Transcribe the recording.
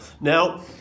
Now